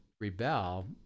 rebel